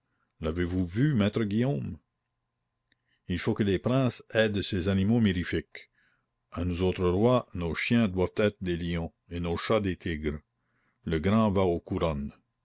l'avez-vous vu maître guillaume il faut que les princes aient de ces animaux mirifiques à nous autres rois nos chiens doivent être des lions et nos chats des tigres le grand va aux